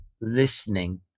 listening